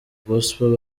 gospel